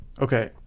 okay